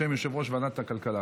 בשם יושב-ראש ועדת הכלכלה.